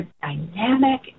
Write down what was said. dynamic